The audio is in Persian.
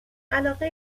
علاقه